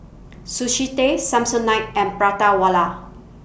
Sushi Tei Samsonite and Prata Wala